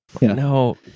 No